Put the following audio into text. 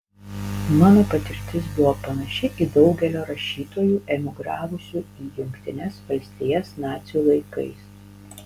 mano patirtis buvo panaši į daugelio rašytojų emigravusių į jungtines valstijas nacių laikais